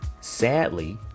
Sadly